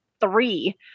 three